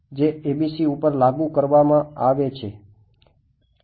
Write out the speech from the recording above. જે ABC ઉપર લાગુ કરવામાં આવે છે